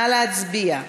נא להצביע.